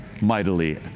mightily